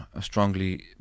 strongly